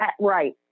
right